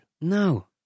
No